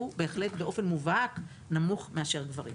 הוא בהחלט באופן מובהק נמוך מאשר גברים.